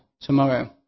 tomorrow